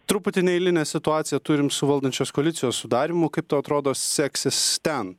truputį neeilinę situaciją turim su valdančios koalicijos sudarymo kaip tau atrodo seksis ten